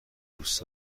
دوست